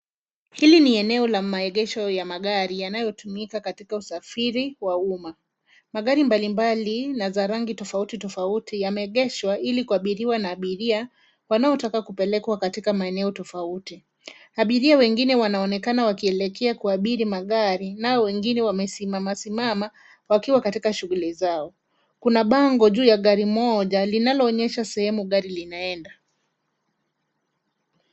Hili ni eneo la maegesho ya magari yanayotumika katika usafiri wa umma. Magari mbalimbali na za rangi tofauti tofauti yameegeshwa ili kuabiriwa na abiria wanaotaka kupelekwa katika maeneo tofauti. Abiria wengine wanaonekana wakielekea kuabiri magari nao wengine wamesimamasimama wakiwa katika shughuli zao. Kuna bango juu ya gari moja linaloonyesha sehemu gari linaenda.